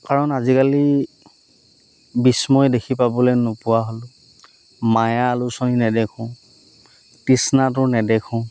কাৰণ আজিকালি বিস্ময় দেখি পাবলৈ নোপোৱা হ'লো মায়া আলোচনী নেদেখো তৃষ্ণাতুৰ নেদেখোঁ